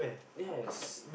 yes